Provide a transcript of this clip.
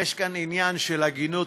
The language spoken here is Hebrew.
יש כאן עניין של הגינות.